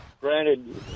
granted